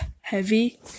heavy